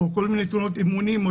כל מיני תאונות של אימונים,